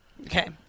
Okay